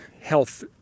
health